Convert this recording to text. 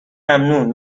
ممنون